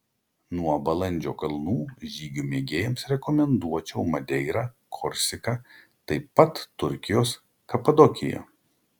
nuo balandžio kalnų žygių mėgėjams rekomenduočiau madeirą korsiką taip pat turkijos kapadokiją